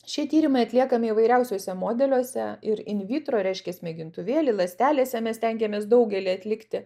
šie tyrimai atliekami įvairiausiuose modeliuose ir invitro reiškias mėgintuvėly ląstelėse mes stengiamės daugelį atlikti